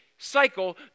Cycle